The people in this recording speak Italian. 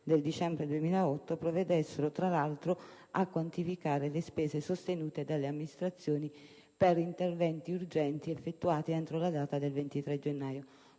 del dicembre 2008, provvedessero, tra l'altro, a quantificare le spese sostenute dalle amministrazioni per interventi urgenti effettuati entro la data del 23 gennaio